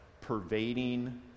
pervading